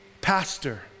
Pastor